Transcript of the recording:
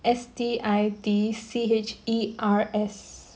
S T I T C H E R S